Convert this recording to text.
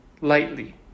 lightly